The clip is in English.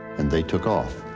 and they took off.